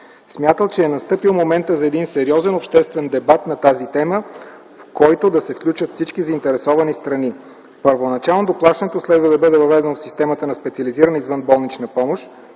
Смятам, че е настъпил моментът за един сериозен обществен дебат на тази тема, в който да се включат всички заинтересовани страни. Първоначално доплащането следва да бъде въведено в системата на специализирана извънболнична помощ,